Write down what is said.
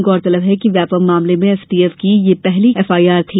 गौरतलब है कि व्यापमं मामले में एसटीएफ की यह पहली एफआईआर थी